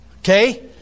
Okay